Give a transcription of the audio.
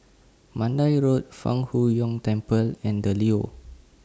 Mandai Road Fang Huo Yuan Temple and The Leo